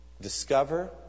Discover